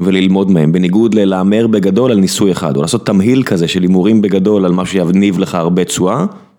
וללמוד מהם, בניגוד ללהמר בגדול על ניסוי אחד, או לעשות תמהיל כזה של הימורים בגדול על מה שיניב לך הרבה תשואה.